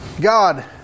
God